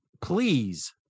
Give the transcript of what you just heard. please